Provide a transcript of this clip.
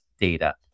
data